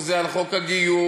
או על חוק הגיור,